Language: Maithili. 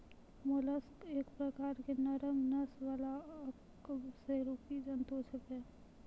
मोलस्क एक प्रकार के नरम नस वाला अकशेरुकी जंतु छेकै